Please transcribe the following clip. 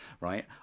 right